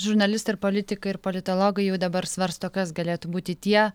žurnalistai ir politikai ir politologai jau dabar svarsto kas galėtų būti tie